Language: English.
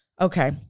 Okay